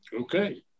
Okay